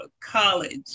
college